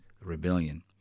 rebellion